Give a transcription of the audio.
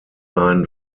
ein